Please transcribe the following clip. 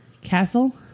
Castle